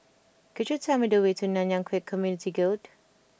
could you tell me the way to Nanyang Khek Community Guild